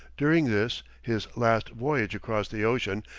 during this, his last voyage across the ocean,